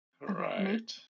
Right